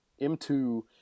M2